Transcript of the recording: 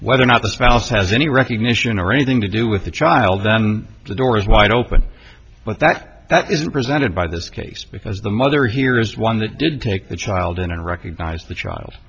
whether or not the spouse has any recognition or anything to do with the child then the door is wide open but that that isn't presented by this case because the mother here is one that did take the child in and recognized the ch